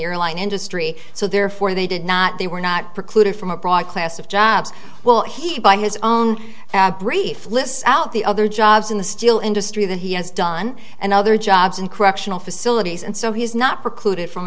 airline industry so therefore they did not they were not precluded from a broad class of jobs well he by his own and brief lists out the other jobs in the steel industry that he has done and other jobs in correctional facilities and so he's not precluded from